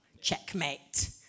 Checkmate